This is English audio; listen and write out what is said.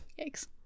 Yikes